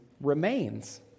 remains